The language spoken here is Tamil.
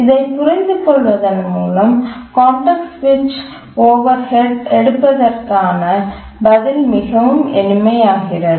இதைப் புரிந்துகொள்வதன் மூலம் கான்டெக்ஸ்ட் சுவிட்ச் ஓவர்ஹெட் எடுப்பதற்கான பதில் மிகவும் எளிமை ஆகிறது